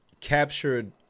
captured